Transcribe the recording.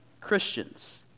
Christians